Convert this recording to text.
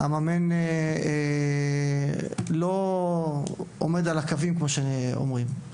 המאמן לא עומד על הקווים, כמו שאומרים,